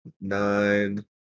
nine